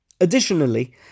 Additionally